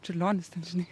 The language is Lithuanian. čiurlionis ten žinai